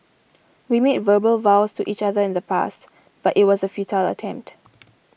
we made verbal vows to each other in the past but it was a futile attempt